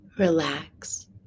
Relax